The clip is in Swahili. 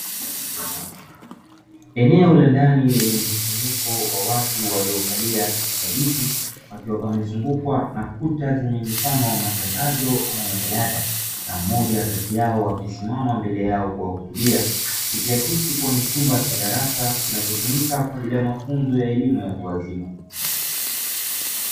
Eneo la ndani lenye mkusanyiko wa watu waliokalia katika viti; pakiwa pamezungukwa na kuta zenye mfano wa matangazo ama majalada, na mmoja kati yao akisimama mbele yao kuwahutubia. Ikiakisi kuwa ni chumba cha darasa kinachotumika kwa ajili ya mafunzo kwa ajili ya elimu ya watu wazima.